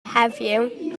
heddiw